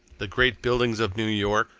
the great buildings of new york,